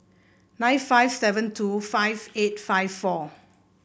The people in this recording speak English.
nine five seven two five eight five four